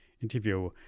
interview